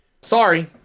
Sorry